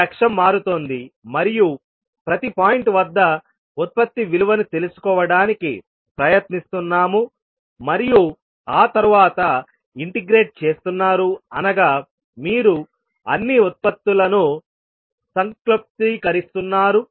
ఈ అక్షం మారుతోంది మరియు ప్రతి పాయింట్ వద్ద ఉత్పత్తి విలువను తెలుసుకోవడానికి ప్రయత్నిస్తున్నాము మరియు ఆ తర్వాత ఇంటిగ్రేట్ చేస్తున్నారు అనగా మీరు అన్ని ఉత్పత్తులను సంక్షిప్తీకరిస్తున్నారు